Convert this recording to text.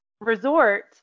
resort